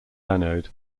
anode